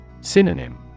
Synonym